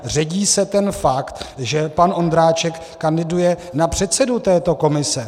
Ředí se ten fakt, že pan Ondráček kandiduje na předsedu této komise.